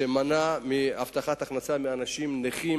שמנע הבטחת הכנסה מאנשים נכים,